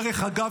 דרך אגב,